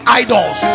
idols